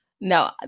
No